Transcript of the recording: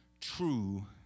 true